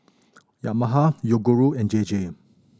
Yamaha Yoguru and J J